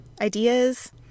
ideas